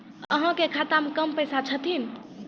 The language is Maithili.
अहाँ के खाता मे कम पैसा छथिन?